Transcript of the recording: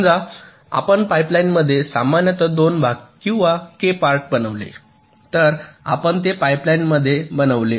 समजा आपण पाईपलाईनमध्ये सामान्यत 2 भाग किंवा के पार्ट बनवले तर आपण ते पाईपलाईनमध्ये बनवले